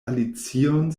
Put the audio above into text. alicion